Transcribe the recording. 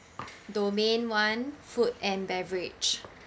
domain one food and beverage